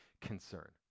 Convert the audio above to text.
concern